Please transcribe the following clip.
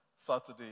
Saturday